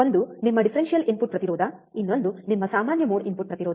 ಒಂದು ನಿಮ್ಮ differential input ಪ್ರತಿರೋಧ ಇನ್ನೊಂದು ನಿಮ್ಮ ಸಾಮಾನ್ಯ ಮೋಡ್ ಇನ್ಪುಟ್ ಪ್ರತಿರೋಧ